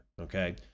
okay